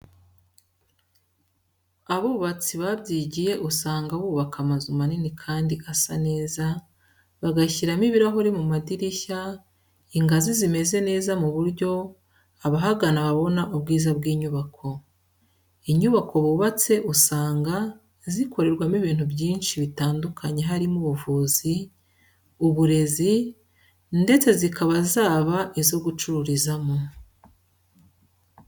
Abubatsi babyigiye usanga bubaka amazu manini kandi asa neza, bagashyiramo ibirahure mu madirishya, ingazi zimeze neza ku buryo abahagana babona ubwiza bw'inyubako. Inyubako bubatse usanga zikorerwamo ibintu byinshi bitandukanye harimo ubuvuzi, uburezi, ndetse zikaba zaba izo gucururizamo.